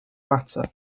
latter